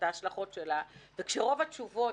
שאומר טרור,